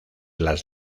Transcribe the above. las